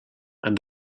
and